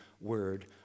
word